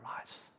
lives